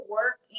work